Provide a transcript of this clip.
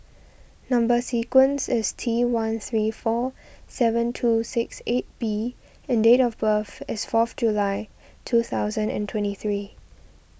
Number Sequence is T one three four seven two six eight B and date of birth is fourth July two thousand and twenty three